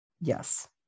Yes